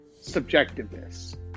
subjectiveness